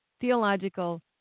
theological